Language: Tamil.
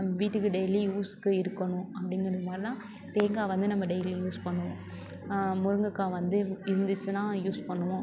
நம்ம வீட்டுக்கு டெய்லி யூஸ்க்கு இருக்கணும் அப்படிங்குற மாதிரிலாம் தேங்காய் வந்து நம்ம டெய்லி யூஸ் பண்ணுவோம் முருங்கக்காய் வந்து இருந்துச்சுன்னா யூஸ் பண்ணுவோம்